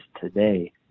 today